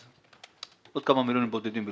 אז עוד כמה מיליונים בודדים בלבד,